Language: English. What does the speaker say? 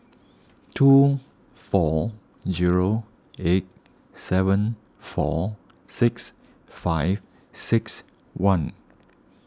two four zero eight seven four six five six one